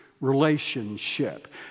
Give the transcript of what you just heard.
relationship